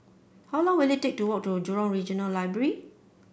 how long will it take to walk to Jurong Regional Library